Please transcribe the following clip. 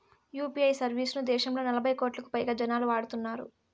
UPI service ను దేశంలో నలభై కోట్లకు పైగా జనాలు వాడుతున్నారు